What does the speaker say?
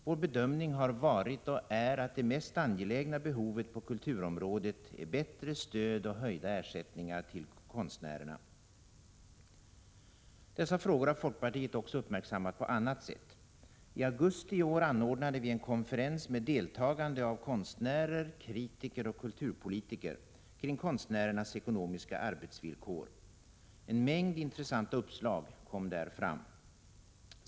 Vår bedömning har varit och är att det mest angelägna behovet på kulturområdet är bättre stöd och höjda ersättningar till konstnärerna. Dessa frågor har folkpartiet också uppmärksammat på annat sätt. I augusti i år anordnade vi en konferens med deltagande av konstnärer, kritiker och kulturpolitiker kring konstnärernas ekonomiska arbetsvillkor. En mängd intressanta uppslag kom där fram.